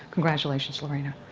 congratulations lorena.